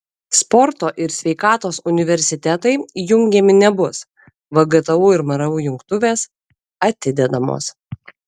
sporto ir sveikatos universitetai jungiami nebus vgtu ir mru jungtuvės atidedamos